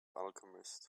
alchemist